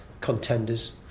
contenders